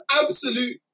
absolute